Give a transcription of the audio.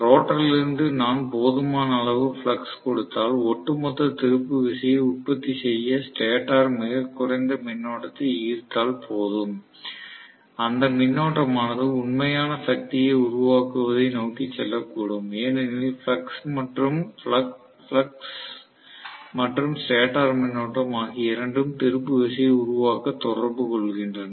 ரோட்டரிலிருந்து நான் போதுமான அளவு ஃப்ளக்ஸ் கொடுத்தால் ஒட்டுமொத்த திருப்பு விசையை உற்பத்தி செய்ய ஸ்டேட்டர் மிகக் குறைந்த மின்னோட்டத்தை ஈரத்தால் போதும் அந்த மின்னோட்டமானது உண்மையான சக்தியை உருவாக்குவதை நோக்கி செல்லக்கூடும் ஏனெனில் ஃப்ளக்ஸ் மற்றும் ஸ்டேட்டர் மின்னோட்டம் ஆகிய இரண்டும் திருப்பு விசையை உருவாக்க தொடர்பு கொள்கின்றன